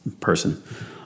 person